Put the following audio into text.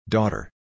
Daughter